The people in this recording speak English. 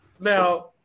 Now